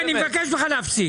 יבגני, אני מבקש ממך להפסיק.